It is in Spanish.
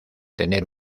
tener